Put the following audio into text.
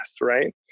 right